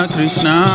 Krishna